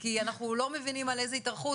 כי אנחנו לא מבינים על איזה התארכות,